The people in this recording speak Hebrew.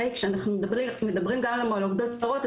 כשאנחנו מדברים גם על עובדות זרות,